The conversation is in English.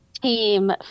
team